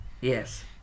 Yes